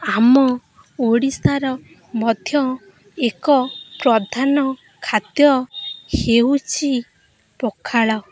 ଆମ ଓଡ଼ିଶାର ମଧ୍ୟ ଏକ ପ୍ରଧାନ ଖାଦ୍ୟ ହେଉଛି ପଖାଳ